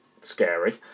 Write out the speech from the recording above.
scary